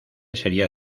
sería